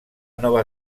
nova